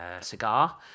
cigar